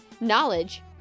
Knowledge